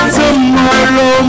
tomorrow